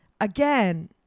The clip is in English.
again